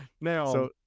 Now